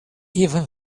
even